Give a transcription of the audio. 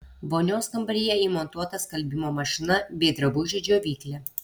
vonios kambaryje įmontuota skalbimo mašina bei drabužių džiovyklė